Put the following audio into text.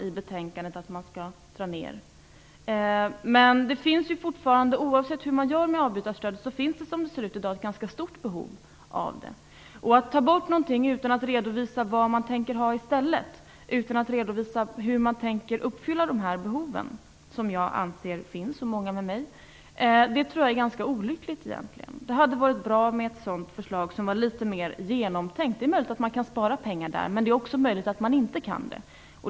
I betänkandet föreslås en neddragning av avbytarstödet. Oavsett hur man gör finns det i dag ett ganska stort behov av det. Att ta bort ett sådant stöd utan att redovisa hur man tänker uppfylla de behov som jag och många med mig anser finns är olyckligt. Det hade varit bra med ett mer genomtänkt förslag. Det är möjligt att man kan spara pengar där. Men det är också möjligt att man inte kan det.